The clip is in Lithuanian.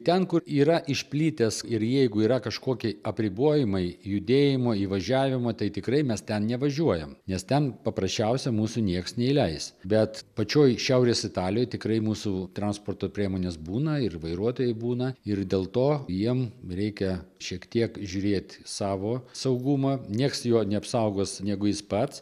ten kur yra išplitęs ir jeigu yra kažkokie apribojimai judėjimo įvažiavimo tai tikrai mes ten nevažiuojame nes ten paprasčiausiai mūsų niekas neįleis bet pačioj šiaurės italijoj tikrai mūsų transporto priemonės būna ir vairuotojai būna ir dėl to jiem reikia šiek tiek žiūrėti savo saugumą niekas jo neapsaugos negu jis pats